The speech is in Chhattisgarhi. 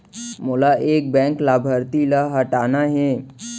मोला एक बैंक लाभार्थी ल हटाना हे?